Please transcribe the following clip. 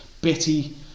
bitty